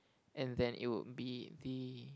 and then it would be the